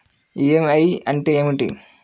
EMI అంటే ఏమిటి?